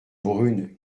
brune